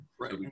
right